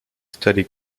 study